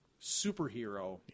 superhero